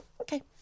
Okay